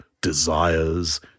desires